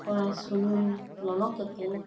ᱠᱚᱲᱟᱭ ᱨᱮ ᱥᱩᱱᱩᱢ ᱞᱚᱞᱚ ᱠᱟᱛᱮ